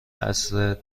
عصر